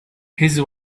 his